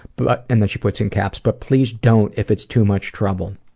but and then she puts in caps but please don't if it's too much trouble.